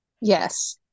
Yes